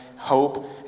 Hope